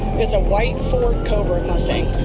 it's a white ford cobra mustang.